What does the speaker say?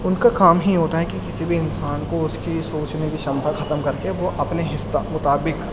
ان کا کام ہی ہوتا ہے کہ کسی بھی انسان کو اس کی سوچنے کی شمتا ختم کر کے وہ اپنے مطابق